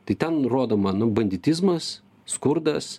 tai ten rodoma nu banditizmas skurdas